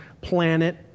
planet